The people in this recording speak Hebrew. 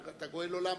הרי אתה גואל עולם.